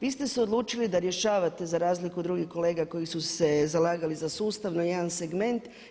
Vi ste se odlučili da rješavate za razliku od drugih kolega koji su se zalagali za sustavno jedan segment.